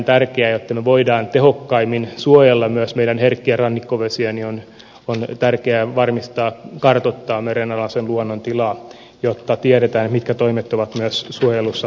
jotta me voimme tehokkaimmin suojella myös meidän herkkiä rannikkovesiä on tärkeää kartoittaa merenalaisen luonnon tilaa jotta tiedetään mitkä toimet ovat myös suojelussa tehokkaimpia toimia